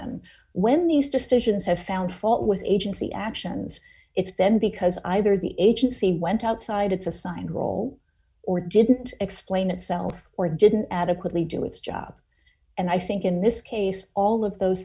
them when these decisions have found fault with agency actions it's been because either the agency went outside its assigned role or didn't explain itself or didn't adequately do its job and i think in this case all of those